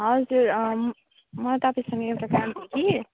हजुर मलाई तपाईँसँग एउटा काम थियो कि